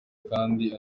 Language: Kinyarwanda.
kandi